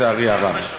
לצערי הרב.